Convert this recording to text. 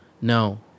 no